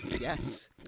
Yes